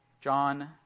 John